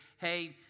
Hey